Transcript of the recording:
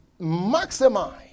maximize